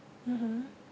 mmhmm